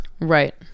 right